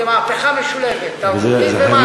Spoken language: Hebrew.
זה מהפכה משולבת, תרבותית ומעשית.